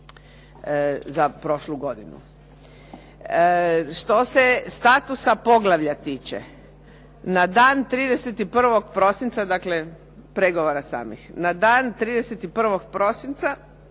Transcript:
za prošlu godinu. Što se statusa poglavlja tiče. Na dan 31. prosinca, dakle pregovora samih. Na dan 31. prosinca